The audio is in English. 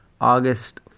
August